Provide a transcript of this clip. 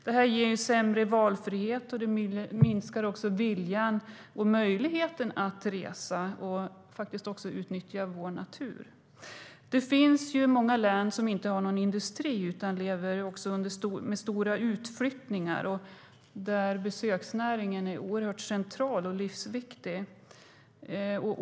Detta ger en sämre valfrihet, och det minskar också viljan och möjligheten att resa och utnyttja vår natur. Det finns ju många län som inte har någon industri och stora utflyttningar, men där är besöksnäringen oerhört central och livsviktig.